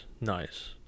nice